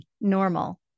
normal